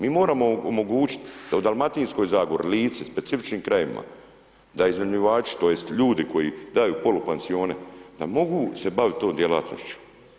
Mi moramo omogućiti jer da u Dalmatinskoj zagori, Lici, specifičnim krajevima da iznajmljivači, tj. ljudi koji daju polupansione, da mogu se baviti tom djelatnošću.